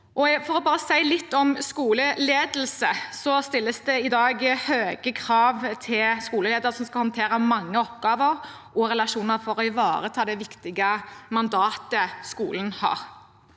For å si litt om skoleledelse: Det stilles i dag høye krav til skoleledere, som skal håndtere mange oppgaver og relasjoner for å ivareta det viktige mandatet skolen har.